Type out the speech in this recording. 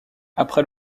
après